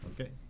Okay